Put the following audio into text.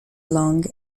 long